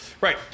Right